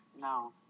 No